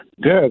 Good